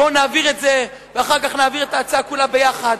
בואו נעביר את זה ואחר כך נעביר את ההצעה כולה ביחד.